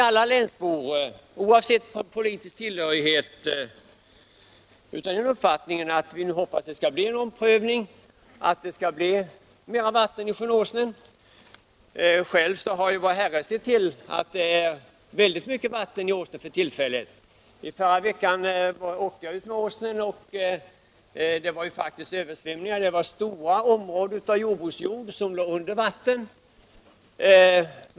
Alla länsbor, oavsett politisk tillhörighet, hoppas på en omprövning av domen och att det skall bli mer vatten i sjön Åsnen. Själv har vår Herre sett till att det är väldigt mycket vatten i Åsnen för tillfället. I förra veckan, när jag åkte utmed sjön, var det faktiskt översvämning i den. Stora områden av jordbruksjord låg under vatten.